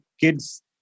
kids